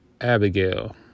Abigail